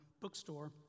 bookstore